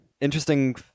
Interesting